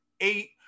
eight